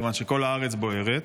כיוון שכל הארץ בוערת,